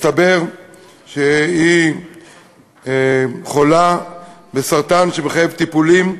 מסתבר שהיא חולה בסרטן שמחייב טיפולים.